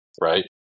right